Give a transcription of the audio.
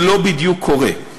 זה לא בדיוק קורה.